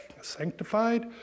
sanctified